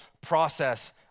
process